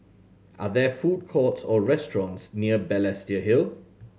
are there food courts or restaurants near Balestier Hill